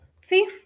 see